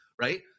right